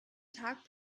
tag